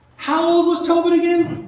how old was tobit again?